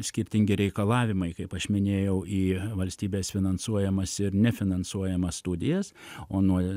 skirtingi reikalavimai kaip aš minėjau į valstybės finansuojamas ir nefinansuojamas studijas o nuo